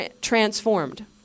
transformed